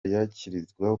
yakirizwa